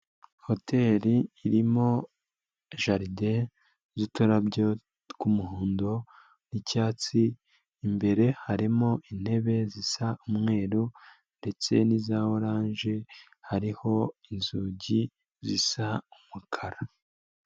Hoteri irimo jaride z'uturabyo tw'umuhondo n'icyatsi, imbere harimo intebe zisa umweru ndetse n'iza oranje, hariho inzugi zisa umukara.